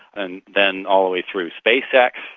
and then all the way through space x,